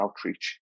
outreach